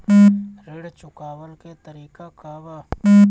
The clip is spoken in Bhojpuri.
ऋण चुकव्ला के तरीका का बा?